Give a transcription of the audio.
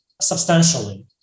substantially